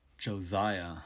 Josiah